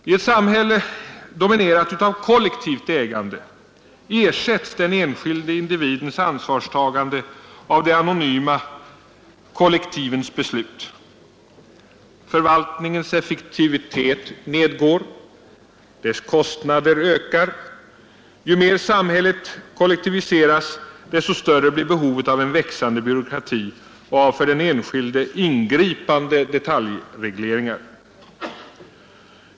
I ett samhälle dominerat av kollektivt ägande ersätts den enskilde individens ansvarstagande av de anonyma kollektivens beslut. Förvaltningens effektivitet nedgår och dess kostnader ökar. Ju mer samhället kollektiviseras, desto större blir behovet av en växande byråkrati och av för den enskilde ingripande detaljregleringar.